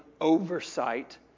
oversight